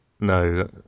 No